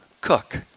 cook